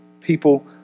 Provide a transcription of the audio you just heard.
People